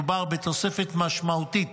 מדובר בתוספת משמעותית